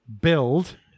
build